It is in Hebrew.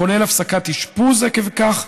כולל הפסקת אשפוז עקב כך,